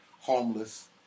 homeless